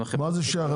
מה זה שייך?